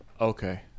Okay